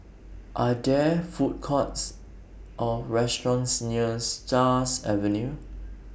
Are There Food Courts Or restaurants near Stars Avenue